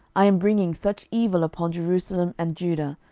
i am bringing such evil upon jerusalem and judah,